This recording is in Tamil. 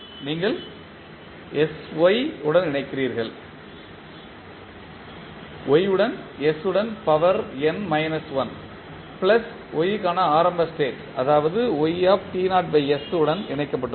நீங்கள் sy உடன் இணைக்கிறீர்கள் y உடன் s உடன் power n minus 1 plus y க்கான ஆரம்ப ஸ்டேட் அதாவது yt0s உடன் இணைக்கப்பட்டுள்ளது